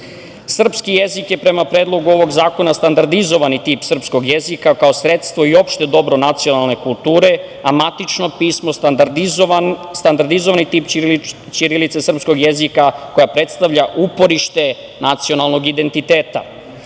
Srpske. Srpski jezik je prema Predlogu ovog zakona standardizovani tip srpskog jezika kao sredstvo i opšte dobro nacionalne kulture, a matično pismo standardizovani tip ćirilice srpskog jezika koja predstavlja uporište nacionalnog identiteta.